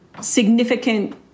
significant